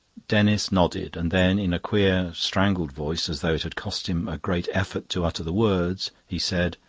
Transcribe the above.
denis nodded, and then in a queer, strangled voice, as though it had cost him a great effort to utter the words, he said,